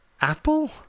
Apple